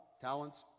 talents